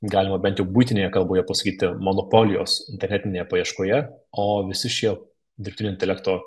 galima bent jau buitinėje kalboje pasakyti monopolijos internetinėje paieškoje o visi šie dirbtinio intelekto